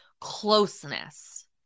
closeness